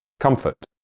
comfort.